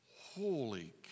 holy